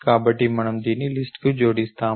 కాబట్టి మనము దీన్ని లిస్ట్ కు జోడిస్తాము